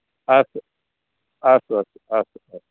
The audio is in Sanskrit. अस्तु अस्तु अस्तु अस्तु अस्तु